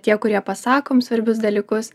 tie kurie pasakom svarbius dalykus